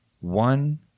one